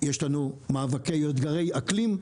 יש לנו מאבקים או אתגרי אקלים,